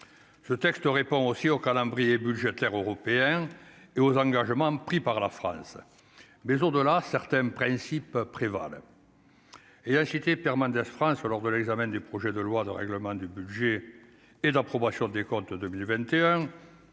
ce texte répond aussi au calendrier budgétaire européen et aux engagements pris par la France, mais le jour de la certains principes prévalent et permet de frein sur lors de l'examen du projet de loi de règlement du budget et d'approbation des comptes 2021,